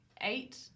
eight